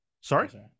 sorry